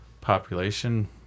population